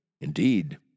indeed